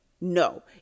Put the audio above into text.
No